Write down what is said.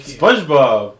Spongebob